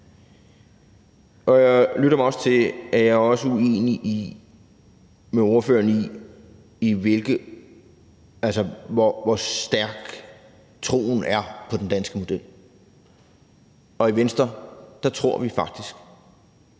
Jeg lytter mig til, at jeg også er uenig med ordføreren i, hvor stærk troen er på den danske model. I Venstre tror vi faktisk,